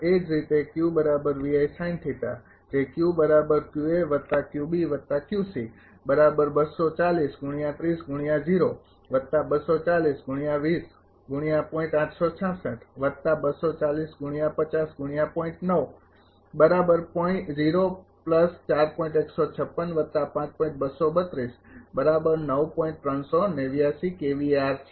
એ જ રીતે જે છે